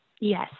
Yes